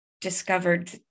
discovered